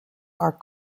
are